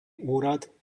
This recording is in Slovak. úrad